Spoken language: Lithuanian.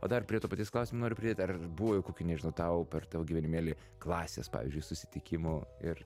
o dar prie to paties klausimo noriu pridėt ar buvo kokių nežino tau per tavo gyvenimėlį klasės pavyzdžiui susitikimų ir